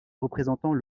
représentant